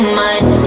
mind